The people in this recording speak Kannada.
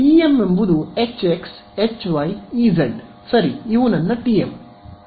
ಆದ್ದರಿಂದ TM ಎಂಬುದು Hx Hy Ez ಸರಿ ಇವು ನನ್ನ TM